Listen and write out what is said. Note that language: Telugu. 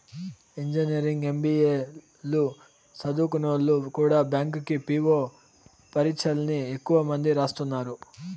ఇంజనీరింగ్, ఎం.బి.ఏ లు సదుంకున్నోల్లు కూడా బ్యాంకి పీ.వో పరీచ్చల్ని ఎక్కువ మంది రాస్తున్నారు